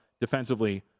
defensively